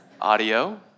Audio